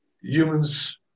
humans